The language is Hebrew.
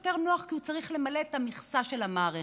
יותר נוח כי הוא צריך למלא את המכסה של המערכת.